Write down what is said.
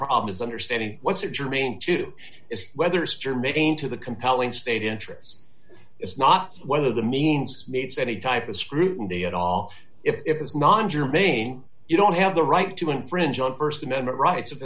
problem is understanding what's it germane to is whether it's germane to the compelling state interest it's not whether the means makes any type of scrutiny at all if it's non germane you don't have the right to infringe on st amendment rights